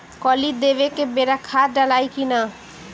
कली देवे के बेरा खाद डालाई कि न?